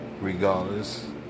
regardless